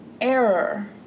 error